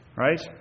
Right